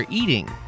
eating